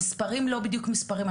המספרים לא בדיוק מספרים,